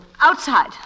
Outside